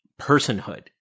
personhood